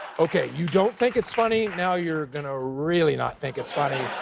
okay. you don't think it's funny. now you're gonna really not think it's funny.